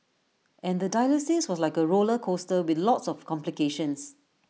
and the dialysis was like A roller coaster with lots of complications